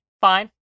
fine